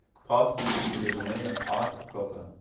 passing into the domain of art proper.